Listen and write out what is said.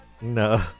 No